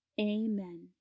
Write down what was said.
amen